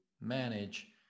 manage